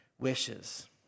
wishes